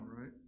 right